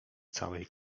całej